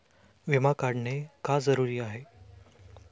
विमा काढणे का जरुरी आहे?